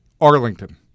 arlington